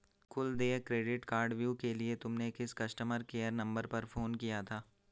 कुल देय क्रेडिट कार्डव्यू के लिए तुमने किस कस्टमर केयर नंबर पर फोन किया था?